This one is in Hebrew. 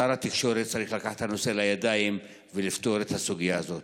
שר התקשורת צריך לקחת את הנושא לידיים ולפתור את הסוגיה הזאת.